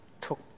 took